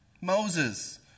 Moses